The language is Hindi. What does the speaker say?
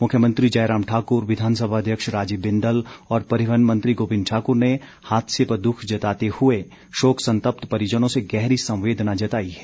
मुख्यमंत्री जयराम ठाकुर विधानसभा अध्यक्ष राजीव बिंदल और परिवहन मंत्री गोविंद ठाकुर ने हादसे पर दुख जताते हुए शोक संतप्त परिजनों से गहरी संवेदना जताई है